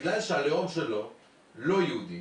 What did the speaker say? בגלל שהלאום שלו לא יהודי